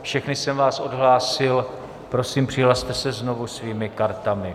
Všechny jsem vás odhlásil, prosím, přihlaste se znovu svými kartami.